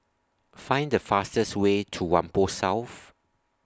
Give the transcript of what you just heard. Find The fastest Way to Whampoa South